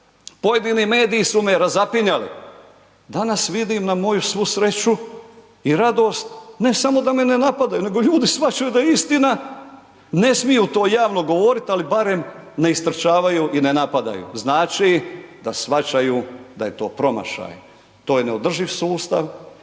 pojedini mediji su me razapinjali, danas vidim na moju svu sreću i radost ne samo da me ne napadaju nego ljudi shvaćaju da je istina, ne smiju to javno govoriti ali barem ne istrčavaju i ne napadaju. Znači da shvaćaju da je to promašaj. To je neodrživ sustav